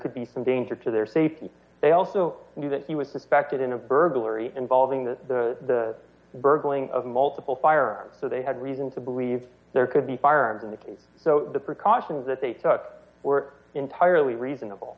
could be some danger to their safety they also knew that he was suspected in a burglary involving the burgling of multiple firearms so they had reason to believe there could be firearms in the case so the precautions that they thought were entirely reasonable